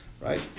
right